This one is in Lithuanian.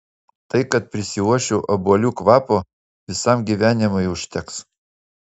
tai kad prisiuosčiau obuolių kvapo visam gyvenimui užteks